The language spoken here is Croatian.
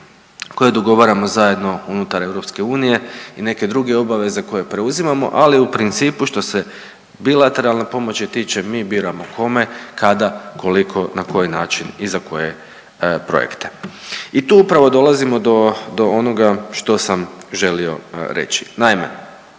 koje dogovaramo zajedno unutar EU i neke druge obaveze koje preuzimamo, ali u principu što se bilateralne pomoći tiče mi biramo kome, kada, koliko, na koji način i za koje projekte. I tu upravo dolazimo do, do onoga što sam želio reći. Naime,